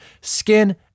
skin